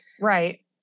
Right